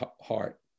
heart